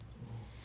oh